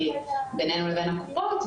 יותר תגובה מקומית,